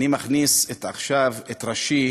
אני מכניס עכשיו את ראשי